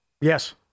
Yes